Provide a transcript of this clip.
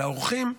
לאורחים.